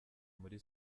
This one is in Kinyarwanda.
muri